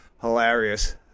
hilarious